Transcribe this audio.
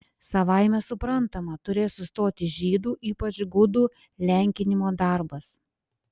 savaime suprantama turės sustoti žydų ypač gudų lenkinimo darbas